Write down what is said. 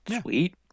Sweet